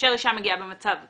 כאשר אישה מגיעה במצב כזה,